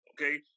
Okay